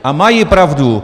A mají pravdu.